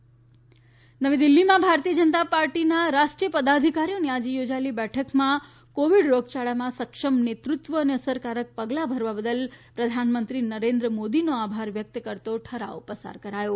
ભાજપ બેઠક નવી દિલ્હીમાં ભારતીય જનતા પાર્ટીના રાષ્ટ્રીય પદાધિકારીઓની આજે યોજાયેલી બેઠકમાં કોવિડ રોગયાળામાં સક્ષમ નેતૃત્વ અને અસરકારક પગલા ભરવા બદલ પ્રધાનમંત્રી નરેન્દ્ર મોદીનો આભાર વ્યક્ત કરતો ઠરાવ પસાર કરાયો